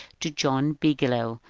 to john bigelow,